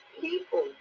people